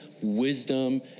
wisdom